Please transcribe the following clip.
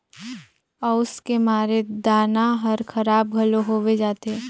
अउस के मारे दाना हर खराब घलो होवे जाथे